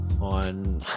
on